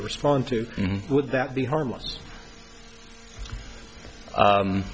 to respond to would that be harmless